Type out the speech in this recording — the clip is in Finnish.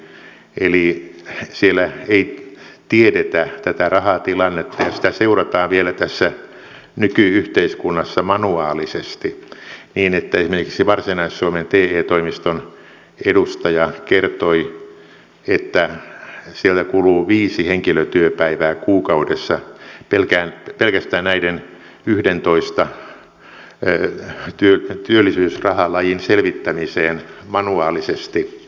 eli siellä ei tiedetä tätä rahatilannetta ja sitä seurataan vielä tässä nyky yhteiskunnassa manuaalisesti niin että esimerkiksi varsinais suomen te toimiston edustaja kertoi että siellä kuluu viisi henkilötyöpäivää kuukaudessa pelkästään näiden yhdentoista työllisyysrahalajin selvittämiseen manuaalisesti temille